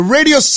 Radio